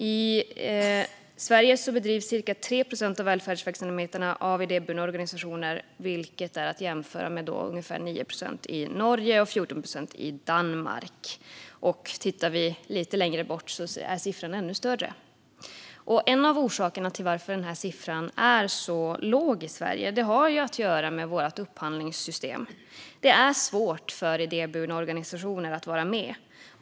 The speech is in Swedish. I Sverige bedrivs cirka 3 procent av välfärdsverksamheterna av idéburna organisationer, vilket är att jämföra med ungefär 9 procent i Norge och 14 procent i Danmark. Tittar vi lite längre bort är siffrorna ännu högre. En av orsakerna till att den här siffran är så låg i Sverige har att göra med vårt upphandlingssystem. Det är svårt för idéburna organisationer att vara med.